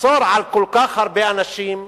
מצור על כל כך הרבה אנשים,